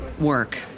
work